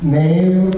name